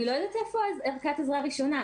אני לא יודעת איפה ערכת עזרה ראשונה.